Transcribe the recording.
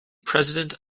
president